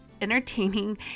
entertaining